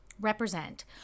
represent